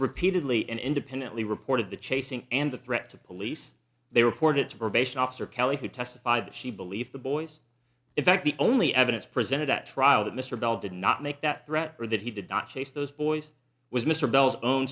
repeatedly and independently reported the chasing and the threat to police they reported to probation officer kelly who testified that she believed the boys in fact the only evidence presented at trial that mr bell did not make that threat or that he did not chase those boys was mr bell's own